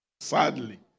sadly